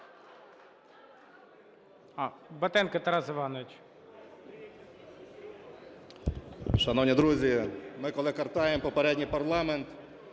Шановні друзі, ми, коли картаємо попередній парламент